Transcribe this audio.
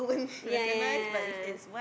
yea yea yea